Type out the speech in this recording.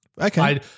Okay